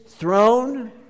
throne